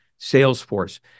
Salesforce